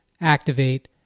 activate